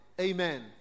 amen